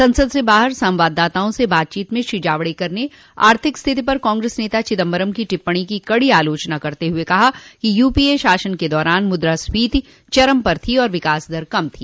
संसद से बाहर संवाददाताओं से बातचीत में श्री जावड़ेकर ने आर्थिक स्थिति पर कांग्रेस नेता चिदम्बरम की टिप्पणी की कड़ी आलोचना करते हुए कहा कि यूपीए शासन के दौरान मुद्रास्फीति चरम पर थी तथा विकास दर कम थी